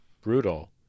brutal